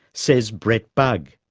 says brett bugg,